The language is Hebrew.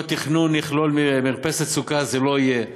אם התכנון יכלול מרפסת סוכה זה לא יהיה.